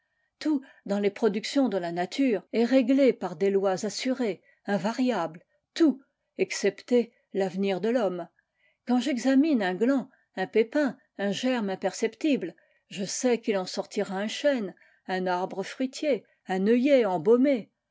tout dans les productions de la nature est réglé par des lois assurées invariables tout excepté l'avenir de l'homme quand j'examine un gland un pépin un germe imperceptible je sais qu'il en sortira un chêne un arbre fruitier un œillet embaumé